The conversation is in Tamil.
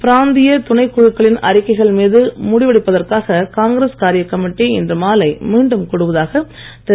பிராந்திய துணைக் குழுக்களின் அறிக்கைகள் மீது முடிவெடுப்பதற்காக காங்கிரஸ் காரிய கமிட்டி இன்று மாலை மீண்டும் கூடுவதாக திரு